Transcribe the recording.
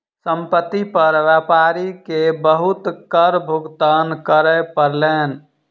संपत्ति पर व्यापारी के बहुत कर भुगतान करअ पड़लैन